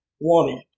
woman